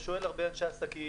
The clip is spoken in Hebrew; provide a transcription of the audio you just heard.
ושואל הרבה אנשי עסקים,